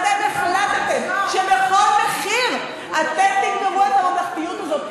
אתם החלטתם שבכל מחיר אתם תגמרו את הממלכתיות הזאת.